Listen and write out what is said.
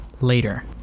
later